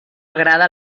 agrada